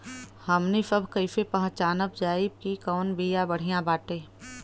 हमनी सभ कईसे पहचानब जाइब की कवन बिया बढ़ियां बाटे?